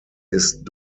ist